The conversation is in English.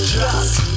Trust